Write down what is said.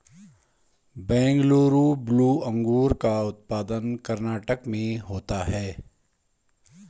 Bengaluru blue अंगूर का उत्पादन कर्नाटक में होता है